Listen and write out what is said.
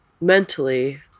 mentally